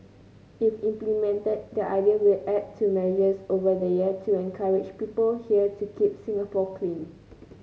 if implemented the idea will add to measures over the years to encourage people here to keep Singapore clean